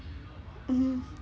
mm